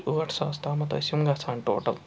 ٲٹھ ساس تامَتھ ٲسۍ یِم گژھان ٹوٹَل